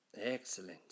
Excellent